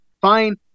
fine